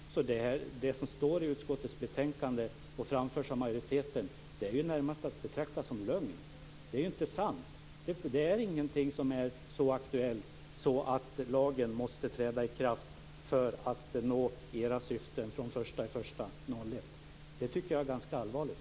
Det som står i utskottets betänkande, som framförs av majoriteten, är närmast att betrakta som lögn. Det är inte sant. Det finns ingenting som är så aktuellt att lagen måste träda i kraft den 1 januari 2001 för att nå era syften. Det är ganska allvarligt.